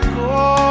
go